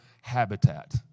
habitat